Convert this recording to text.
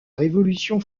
révolution